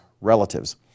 relatives